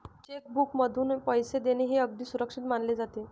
check बुकमधून पैसे देणे हे अगदी सुरक्षित मानले जाते